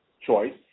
choice